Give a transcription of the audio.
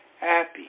happy